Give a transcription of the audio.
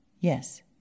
Yes